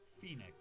Phoenix